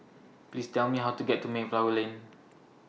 Please Tell Me How to get to Mayflower Lane